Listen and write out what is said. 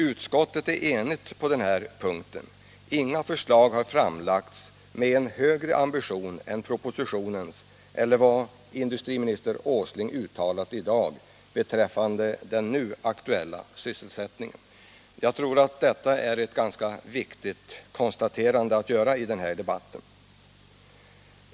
Utskottet är enigt på den här punkten. Inga förslag har framlagts med en ambition som är högre än propositionens eller högre än vad industriminister Åsling uttalat i dag beträffande den nu aktuella sysselsättningen. Jag tror att detta är ett ganska viktigt konstaterande att göra i den här debatten.